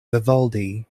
vivaldi